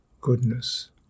goodness